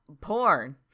porn